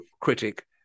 critic